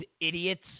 idiots